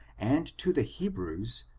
and to the hebrews,